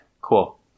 cool